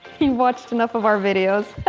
you've watched enough of our videos.